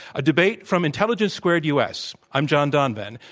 a debate from intelligence squared u. s. i'm john donvan.